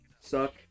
Suck